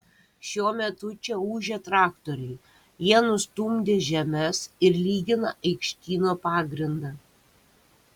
šiuo metu čia ūžia traktoriai jie nustumdė žemes ir lygina aikštyno pagrindą